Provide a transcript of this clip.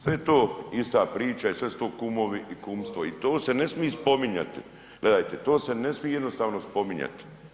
Sve je to ista priča i sve su to kumovi i kumstvo i to se ne smije spominjati, gledajte to se ne smije jednostavno spominjati.